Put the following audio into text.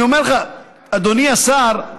אני אומר לך, אדוני השר,